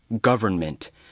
government